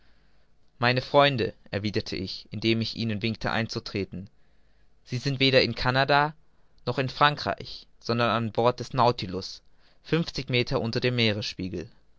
meine freunde erwiderte ich indem ich ihnen winkte einzutreten sie sind weder in canada noch in frankreich sondern an bord des nautilus fünfzig meter unter dem